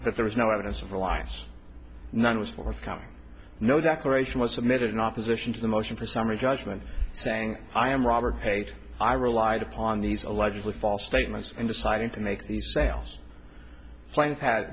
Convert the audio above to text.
if there was no evidence of reliance none was forthcoming no declaration was submitted in opposition to the motion for summary judgment saying i am robert page i relied upon these allegedly false statements and deciding to make the sales planes had